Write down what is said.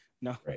No